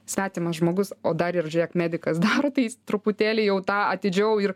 svetimas žmogus o dar ir žiūrėk medikas daro tai jis truputėlį jau tą atidžiau ir